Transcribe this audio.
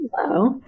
Hello